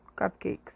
cupcakes